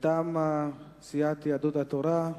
מטעם סיעת יהדות התורה,